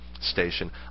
station